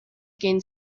again